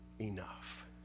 enough